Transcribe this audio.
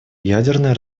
ядерное